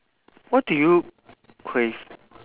what do you crave